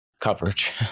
coverage